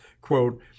quote